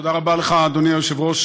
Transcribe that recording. תודה רבה לך, אדוני היושב-ראש.